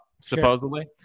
supposedly